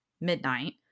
midnight